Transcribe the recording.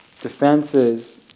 defenses